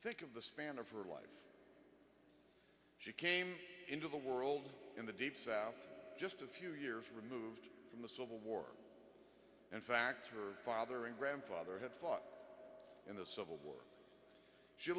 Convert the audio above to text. think of the span of her life she came into the world in the deep south just a few years removed from the civil war in fact her father and grandfather had fought in the civil war